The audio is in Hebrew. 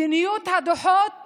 מדיניות הדוחות